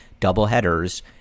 doubleheaders